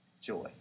Joy